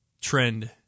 trend